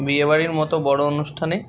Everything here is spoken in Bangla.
বিয়েবাড়ির মতো বড়ো অনুষ্ঠানে